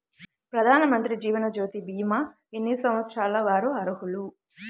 ప్రధానమంత్రి జీవనజ్యోతి భీమా ఎన్ని సంవత్సరాల వారు అర్హులు?